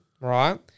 right